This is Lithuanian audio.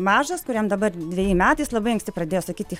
mažas kuriam dabar dveji metai jis labai anksti pradėjo sakyti